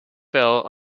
fell